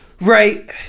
Right